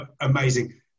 amazing